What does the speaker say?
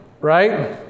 right